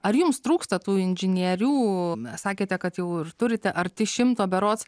ar jums trūksta tų inžinierių sakėte kad jau turite arti šimto berods